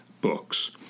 books